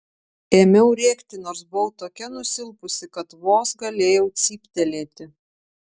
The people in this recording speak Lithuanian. ėmiau rėkti nors buvau tokia nusilpusi kad vos galėjau cyptelėti